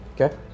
Okay